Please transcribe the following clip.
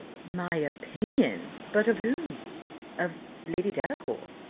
my opinion! but of whom of lady delacour?